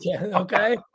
Okay